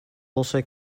also